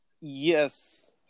Yes